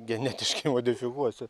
genetiškai modifikuosiu